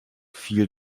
fiel